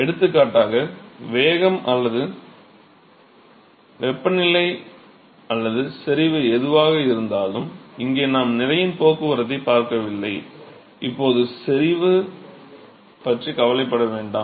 எடுத்துக்காட்டாக வேகம் அல்லது வெப்பநிலை அல்லது செறிவு எதுவாக இருந்தாலும் இங்கே நாம் நிறையின் போக்குவரத்தைப் பார்க்கவில்லை இப்போது செறிவு பற்றி கவலைப்பட வேண்டாம்